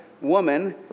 woman